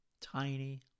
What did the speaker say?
Tiny